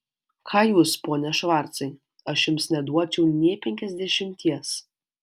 ką jūs pone švarcai aš jums neduočiau nė penkiasdešimties